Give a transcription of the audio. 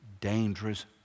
dangerous